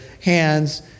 hands